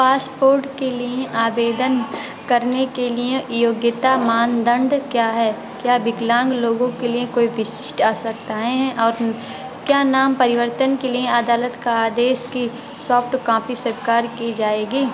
passport के लिए आवेदन करने के लिए योग्यता मानदंड क्या हैं क्या विकलांग लोग के लिए कोई विशिष्ट आवश्यकताएँ हैं और क्या नाम परिवर्तन के लिए अदालत का आदेश की सॉफ्टकॉपी स्वीकार की जाएगी